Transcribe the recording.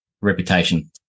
reputation